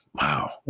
Wow